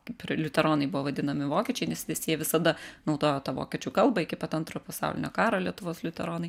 kaip ir liuteronai buvo vadinami vokiečiai nes visi jie visada naudojo tą vokiečių kalbą iki pat antro pasaulinio karo lietuvos liuteronai